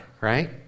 right